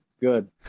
Good